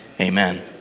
amen